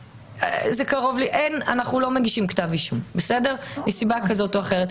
אנחנו לא מגישים כתב אישום מסיבה כזאת או אחרת.